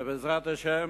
ובעזרת השם